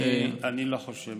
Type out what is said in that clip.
אני לא חושב.